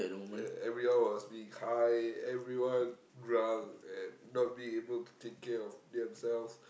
uh everyone was being high everyone drunk and not being able to take care of themselves